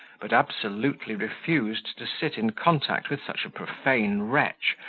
but absolutely refused to sit in contact with such a profane wretch,